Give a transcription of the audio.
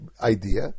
idea